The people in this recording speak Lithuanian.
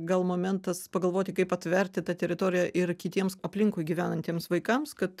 gal momentas pagalvoti kaip atverti tą teritoriją ir kitiems aplinkui gyvenantiems vaikams kad